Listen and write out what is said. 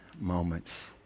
moments